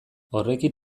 horrekin